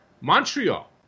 Montreal